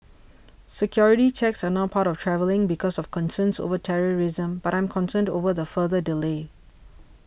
security checks are now part of travelling because of concerns over terrorism but I'm concerned over the further delay